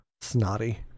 snotty